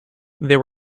there